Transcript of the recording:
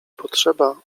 potrzeba